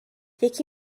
یکی